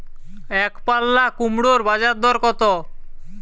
একপাল্লা কুমড়োর বাজার দর কত?